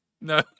no